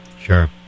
Sure